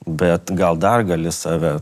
bet gal dar gali save